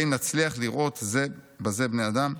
האם נצליח לראות זה בזה בני אדם?